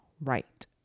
right